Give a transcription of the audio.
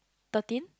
thirteen